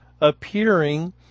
appearing